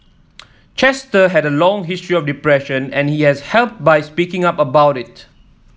Chester had a long history of depression and he has helped by speaking up about it